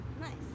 Nice